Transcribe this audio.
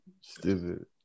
Stupid